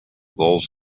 goals